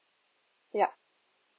yup